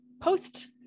post